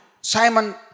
Simon